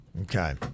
Okay